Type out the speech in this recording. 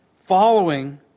following